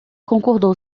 concordou